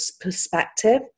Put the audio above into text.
perspective